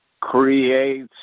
creates